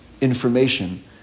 information